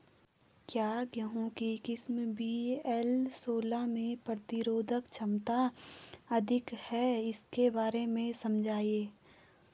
क्या गेहूँ की किस्म वी.एल सोलह में प्रतिरोधक क्षमता अधिक है इसके बारे में समझाइये?